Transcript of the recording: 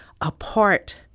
apart